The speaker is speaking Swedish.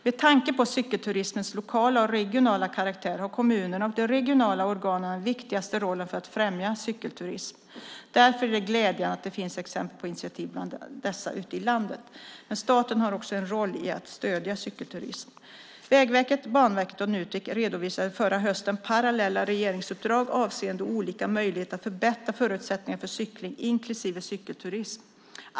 Med tanke på cykelturismens lokala och regionala karaktär har kommunerna och de regionala organen den viktigaste rollen för att främja cykelturism. Därför är det glädjande att det finns exempel på initiativ bland dessa ute i landet. Men staten har också en roll i att stödja cykelturism. Vägverket, Banverket och Nutek redovisade förra hösten parallella regeringsuppdrag avseende olika möjligheter att förbättra förutsättningarna för cykling inklusive cykelturism.